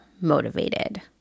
motivated